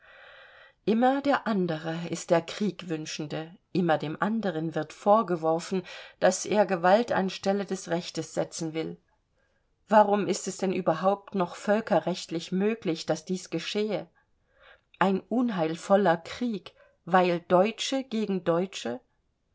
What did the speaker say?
immer der andere ist der kriegwünschende immer dem anderen wird vorgeworfen daß er gewalt an stelle des rechtes setzen will warum ist es denn überhaupt noch völkerrechtlich möglich daß dies geschehe ein unheilvoller krieg weil deutsche gegen deutsche